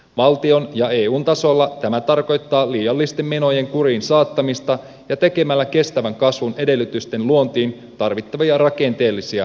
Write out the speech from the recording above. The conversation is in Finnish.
valtion ja eun tasolla tämä tarkoittaa liiallisten menojen kuriin saattamista ja tekemällä kestävän kasvun edellytysten luontiin tarvittavia rakenteellisia uudistuksia